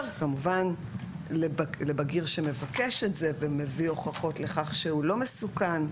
כמובן לבגיר שמבקש את זה ומביא הוכחות לכך שהוא לא מסוכן,